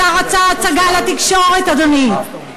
השר עשה הצגה לתקשורת, אדוני.